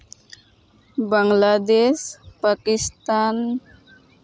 Bangladesh Pakistan